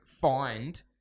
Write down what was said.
find